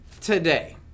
today